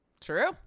True